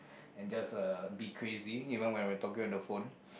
and just uh be crazy even when we are talking on the phone